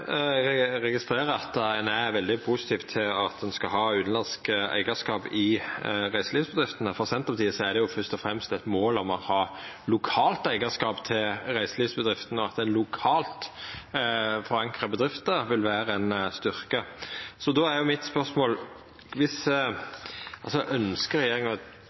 Eg registrerer at ein er veldig positiv til utanlandsk eigarskap i reiselivsbedriftene. For Senterpartiet er det først og fremst eit mål å ha lokalt eigarskap til reiselivsbedriftene, og at ein forankrar bedriftene lokalt, vil vera ein styrke. Då er spørsmålet mitt: Ønskjer regjeringa